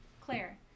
Claire